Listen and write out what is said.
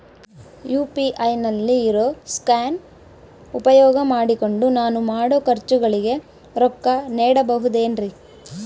UPI ನಲ್ಲಿ ಇರೋ scan ಉಪಯೋಗ ಮಾಡಿಕೊಂಡು ನಾನು ಮಾಡೋ ಖರ್ಚುಗಳಿಗೆ ರೊಕ್ಕ ನೇಡಬಹುದೇನ್ರಿ?